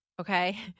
okay